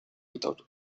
without